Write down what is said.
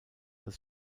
als